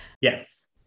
Yes